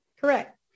Correct